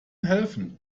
helfen